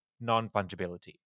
non-fungibility